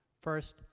First